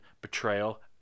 betrayal